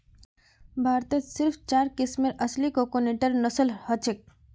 भारतत सिर्फ चार किस्मेर असली कुक्कटेर नस्ल हछेक